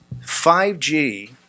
5G